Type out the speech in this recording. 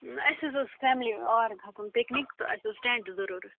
اَسہِ حظ اوس فیملی اور کھسُن پِکنِک تہٕ اَسہِ اوس ٹٮ۪نٛٹ ضروٗرَت